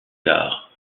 gare